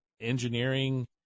engineering